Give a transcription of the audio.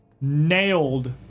nailed